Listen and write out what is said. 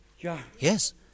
Yes